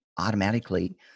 automatically